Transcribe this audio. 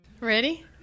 Ready